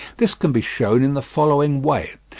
this can be shown in the following way.